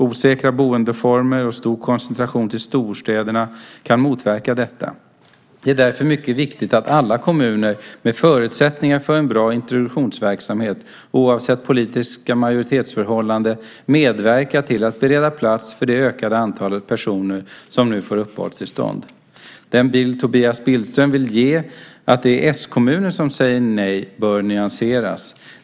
Osäkra boendeformer och stor koncentration till storstäderna kan motverka detta. Det är därför mycket viktigt att alla kommuner med förutsättningar för en bra introduktionsverksamhet, oavsett politiskt majoritetsförhållande, medverkar till att bereda plats för det ökade antalet personer som nu får uppehållstillstånd. Den bild Tobias Billström vill ge, att det är s-kommuner som säger nej, bör nyanseras.